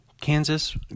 Kansas